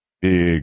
Big